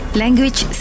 language